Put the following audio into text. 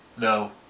No